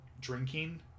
drinking